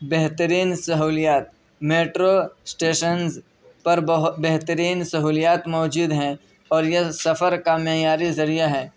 بہترین سہولیات metro stations پر بہترین سہولیات موجود ہیں اور یہ سفر کا معیاری ذریعہ ہے